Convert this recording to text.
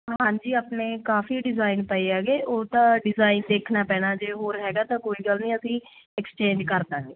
ਹਾਂਜੀ ਆਪਣੇ ਕਾਫ਼ੀ ਡਿਜ਼ਾਈਨ ਪਏ ਹੈਗੇ ਉਹ ਤਾਂ ਡਿਜ਼ਾਈਨ ਦੇਖਣਾ ਪੈਣਾ ਜੇ ਹੋਰ ਹੈਗਾ ਤਾਂ ਕੋਈ ਗੱਲ ਨਹੀਂ ਅਸੀਂ ਐਕਸਚੇਂਜ ਕਰ ਦਾਂਗੇ